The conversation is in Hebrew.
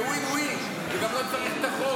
זה win-win, גם לא צריך את החוק.